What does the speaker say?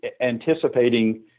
anticipating